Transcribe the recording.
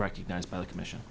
recognized by the commission